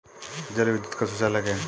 जल विद्युत का सुचालक है